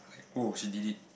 oh she did it